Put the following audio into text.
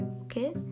okay